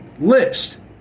list